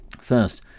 First